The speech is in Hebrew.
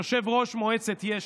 יושב-ראש מועצת יש"ע,